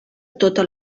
tota